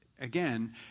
again